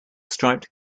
striped